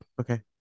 Okay